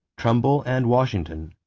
trumbull, and washington,